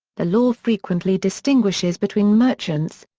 the law frequently distinguishes between merchants,